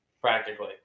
practically